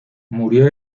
murió